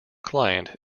client